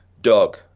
dog